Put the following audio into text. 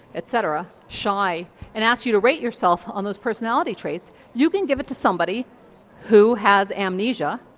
etc. shy and asks you to rate yourself on those personality traits. you can give it to somebody who has amnesia,